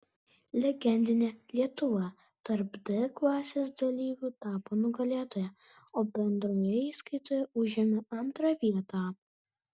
legendinė lietuva tarp d klasės dalyvių tapo nugalėtoja o bendrojoje įskaitoje užėmė antrą vietą